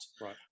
Right